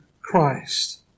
Christ